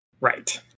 Right